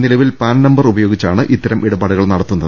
നിലവിൽ PAN number ഉപയോഗിച്ചാണ് ഇത്തരം ഇടപാടുകൾ നടത്തുന്നത്